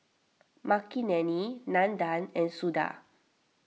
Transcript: Makineni Nandan and Suda